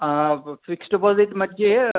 fixed deposit मध्ये